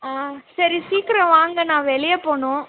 ஆ சரி சீக்கிரம் வாங்க நான் வெளியே போகணும்